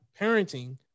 parenting